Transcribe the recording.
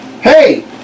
Hey